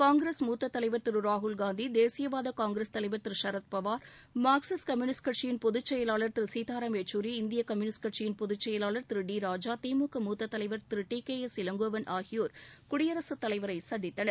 காங்கிரஸ் மூத்தத் தலைவர் திரு ராகுல் காந்தி தேசியவாத காங்கிரஸ் தலைவர் திரு சரத்பவார் மார்க்சிஸ்ட் கம்யூனிஸ்ட் கட்சியின் பொதுச்செயலாளர் திரு சீதாராம் யெச்சூரி இந்திய கம்யூனிஸ்ட் கட்சியின் பொதுச்செயலாளர் திரு டி ராஜா திமுக மூத்தத் தலைவர் திரு டி கே எஸ் இளங்கோவன் ஆகியோர் குடியரசுத் தலைவரை சந்தித்தனர்